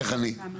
איך אני?